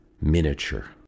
miniature